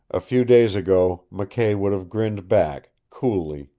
a few days ago mckay would have grinned back, coolly,